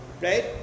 right